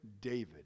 David